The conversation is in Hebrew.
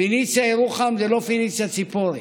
פניציה ירוחם זה לא פניציה ציפורי.